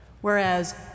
whereas